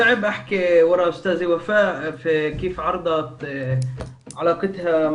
ד"ר לואי ותד, חוקר בתחום ספרות ילדים.